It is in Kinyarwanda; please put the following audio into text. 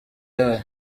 yayo